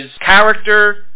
character